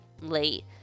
late